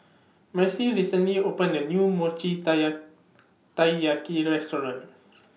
Marcie recently opened A New Mochi Taiyaki Restaurant